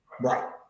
Right